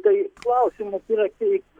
tai klausimas yra teigt